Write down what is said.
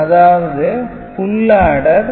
அதாவது "full order"